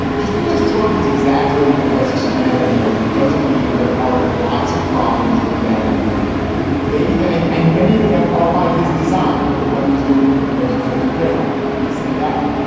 just because trump is exaggerating the risks of mail in voting doesn't mean there aren't lots of problems with mail in voting maybe. and and many of them are by his design. look at what he's doing with the postmaster general. let me say that.